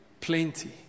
plenty